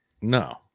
No